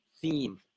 theme